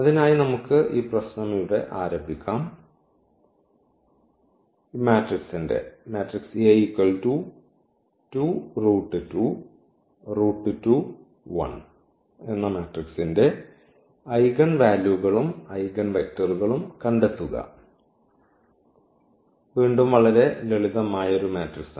അതിനായി നമുക്ക് ഈ പ്രശ്നം ഇവിടെ ആരംഭിക്കാം ഈ മാട്രിക്സിന്റെ ഐഗൻ വാല്യൂകളും ഐഗൺവെക്ടറുകളും കണ്ടെത്തുക വീണ്ടും വളരെ ലളിതമായ ഒരു മാട്രിക്സ്